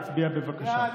להצביע בבקשה.